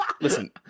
Listen